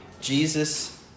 Jesus